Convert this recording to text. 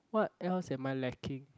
what else am I lacking